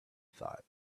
thought